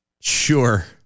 Sure